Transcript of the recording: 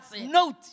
Note